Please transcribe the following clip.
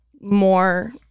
more